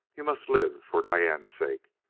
you must live for diane's sake.